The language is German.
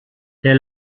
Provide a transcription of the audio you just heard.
der